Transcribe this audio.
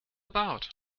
about